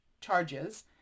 charges